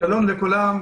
שונים בתחום הבנייה,